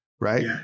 Right